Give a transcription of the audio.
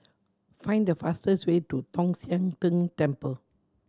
find the fastest way to Tong Sian Tng Temple